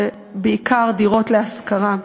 ובעיקר דירות להשכרה.